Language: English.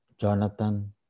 Jonathan